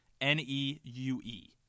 N-E-U-E